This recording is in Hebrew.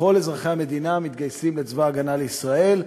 וכל אזרחי המדינה מתגייסים לצבא ההגנה לישראל,